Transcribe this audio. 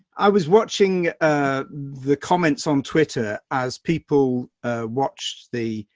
i was watching, ah, the comments on twitter as people watched the,